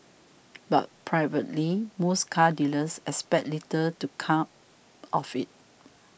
but privately most car dealers expect little to come of it